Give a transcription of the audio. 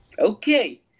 Okay